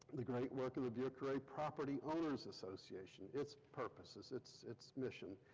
the great work of the vieux carre property owners association, its purposes, its its mission,